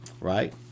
right